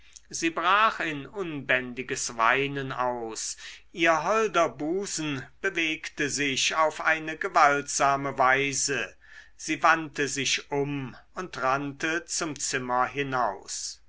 sie brach in unbändiges weinen aus ihr holder busen bewegte sich auf eine gewaltsame weise sie wandte sich um und rannte zum zimmer hinaus